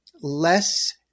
less